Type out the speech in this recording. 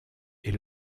est